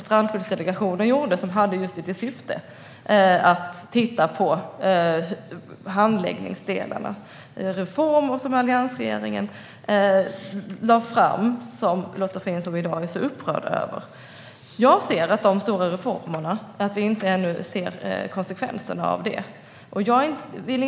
Strandskyddsdelegationen gjorde ett arbete med syftet att titta på handläggningsdelarna. Det är de reformer alliansregeringen genomförde som Lotta Finstorp i dag är så upprörd över. Jag anser att vi ännu inte kan se konsekvenserna av dessa stora reformer.